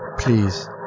Please